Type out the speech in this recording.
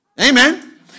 Amen